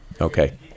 Okay